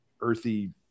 earthy